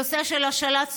הנושא של השאלת ספרים,